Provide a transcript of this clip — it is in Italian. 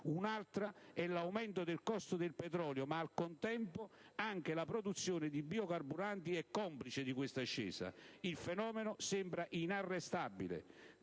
un'altra è l'aumento del costo del petrolio, ma al contempo anche la produzione di biocarburanti è complice di questa ascesa), il fenomeno sembra inarrestabile,